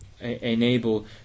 enable